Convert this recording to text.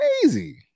crazy